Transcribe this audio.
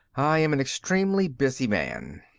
i'm an extremely busy man.